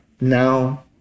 now